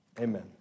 Amen